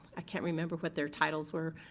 i can't remember what their titles were.